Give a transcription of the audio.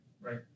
Right